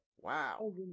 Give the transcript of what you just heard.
wow